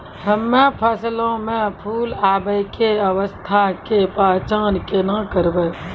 हम्मे फसलो मे फूल आबै के अवस्था के पहचान केना करबै?